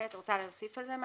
את רוצה להוסיף על זה משהו?